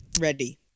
Ready